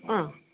ആ